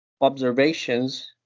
observations